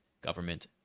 government